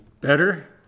better